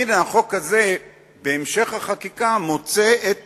והנה החוק הזה בהמשך החקיקה מוצא את